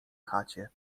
chacie